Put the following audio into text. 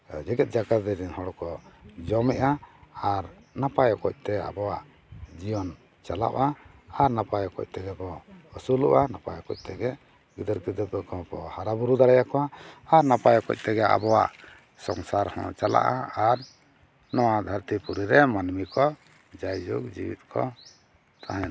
ᱡᱮᱜᱮᱛ ᱡᱟᱠᱟᱛ ᱨᱮᱱ ᱦᱚᱲ ᱠᱚ ᱡᱚᱢᱮᱜᱼᱟ ᱟᱨ ᱱᱟᱯᱟᱭ ᱚᱠᱚᱡᱛᱮ ᱟᱵᱚᱣᱟᱜ ᱡᱤᱭᱚᱱ ᱪᱟᱞᱟᱣᱜᱼᱟ ᱟᱨ ᱱᱟᱯᱟᱭ ᱚᱠᱚᱡ ᱛᱮᱫᱚ ᱠᱚ ᱟᱹᱥᱩᱞᱚᱜᱼᱟ ᱱᱟᱯᱟᱭ ᱚᱠᱚᱡ ᱛᱮᱜᱮ ᱜᱤᱫᱟᱹᱨᱼᱯᱤᱫᱟᱹᱨ ᱠᱚ ᱦᱚᱸ ᱠᱚ ᱦᱟᱨᱟᱼᱵᱩᱨᱩ ᱫᱟᱲᱮᱭᱟᱠᱚᱣᱟ ᱟᱨ ᱱᱟᱯᱟᱭ ᱚᱠᱚᱡ ᱛᱮᱜᱮ ᱟᱵᱚᱣᱟᱜ ᱥᱚᱝᱥᱟᱨ ᱦᱚᱸ ᱪᱟᱞᱟᱜᱼᱟ ᱟᱨ ᱱᱚᱣᱟ ᱫᱷᱟᱹᱨᱛᱤ ᱯᱩᱨᱤ ᱨᱮ ᱢᱟᱹᱱᱢᱤ ᱠᱚ ᱡᱟᱭᱡᱩᱜᱽ ᱡᱮᱣᱮᱫ ᱠᱚ ᱛᱟᱦᱮᱱᱟ